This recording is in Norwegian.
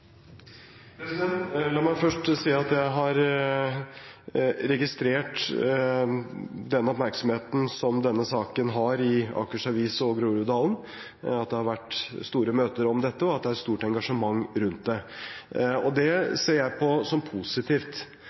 La meg først si at jeg har registrert den oppmerksomheten som denne saken har i Akers Avis Groruddalen, at det har vært store møter om dette, og at det er et stort engasjement rundt det. Det ser jeg på som positivt.